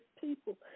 people